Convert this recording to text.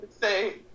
say